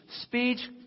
speech